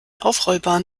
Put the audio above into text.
aufrollbaren